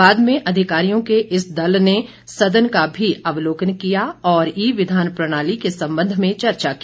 बाद में अधिकारियों के इस दल ने सदन का भी अवलोकन किया और ई विधान प्रणाली के संबंध में चर्चा की